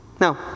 Now